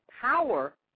power